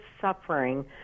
suffering